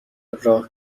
راه